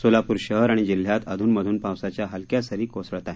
सोलापूर शहर आणि जिल्ह्यात अधून मधून पावसाच्या हलक्या सरी कोसळत आहेत